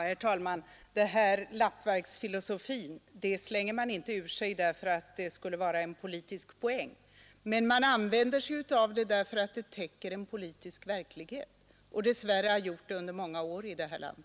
Herr talman! Ordet lappverksfilosofi häver man inte ur sig för att det skulle vara en politisk poäng. Men man använder sig av det därför att det täcker en politisk verklighet och dess värre har gjort det under många år i detta land.